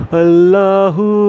allahu